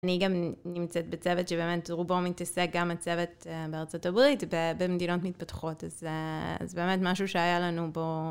אני גם נמצאת בצוות שבאמת רובו מתעסק, גם הצוות בארצות הברית, במדינות מתפתחות אז זה באמת משהו שהיה לנו בו